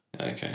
Okay